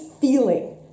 feeling